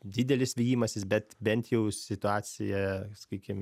didelis vijimasis bet bent jau situacija sakykim